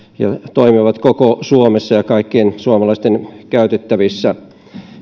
toimia koko suomessa ja olla kaikkien suomalaisten käytettävissä